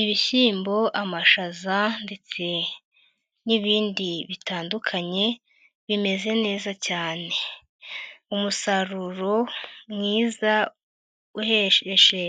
Ibishyimbo, amashaza ndetse n'ibindi bitandukanye bimeze neza cyane. Umusaruro mwiza uhesheje